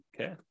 Okay